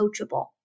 coachable